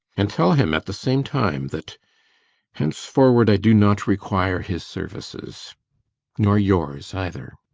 and tell him at the same time that henceforward i do not require his services nor yours either.